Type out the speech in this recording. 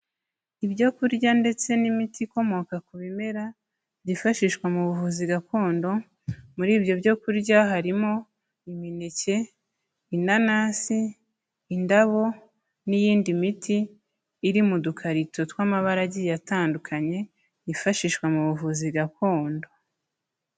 Ibyo kurya ndetse n'imiti ikomoka ku bimera, byifashishwa mu buvuzi gakondo, muri ibyo byo kurya harimo imineke, inanasi, indabo n'iyindi miti, iri mu dukarito tw'amabara agiye atandukanye, yifashishwa mu buvuzi gakondo.